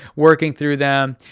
working through them.